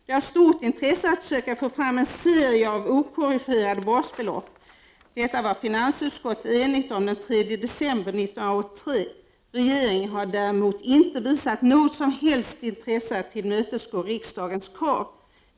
Det är av stort intresse att försöka få fram en serie av okorrigerade basbelopp. Detta var finansutskottet enigt om den 3 december 1983. Regeringen har däremot inte visat något som helst intresse att tillmötesgå riksdagens krav.